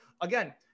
again